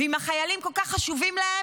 ואם החיילים כל כך חשובים להם,